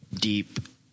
deep